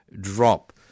drop